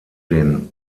den